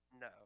no